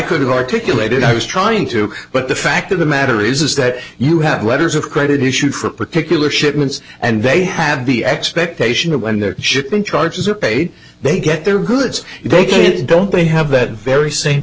could articulate it i was trying to but the fact of the matter is that you have letters of credit issued for a particular shipments and they have to be expectation of when they're shipping charges or paid they get their goods if they keep it don't they have that very same